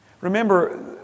Remember